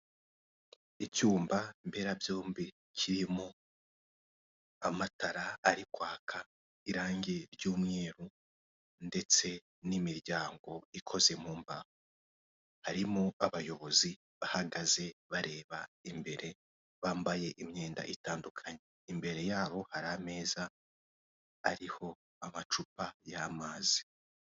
Icyumba mberabyombi kiririmo amatara ari kwaka, irangi ry'umweru ndetse n'imiryango ikoze mu mbaho, harimo abayobozi bahagaze bareba imbere, bambaye imyenda itandukanye, imbere yabo hari ameza ariho amacupa y'amazi.